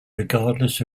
regardless